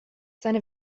seine